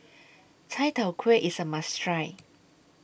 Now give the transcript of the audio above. Chai Tow Kuay IS A must Try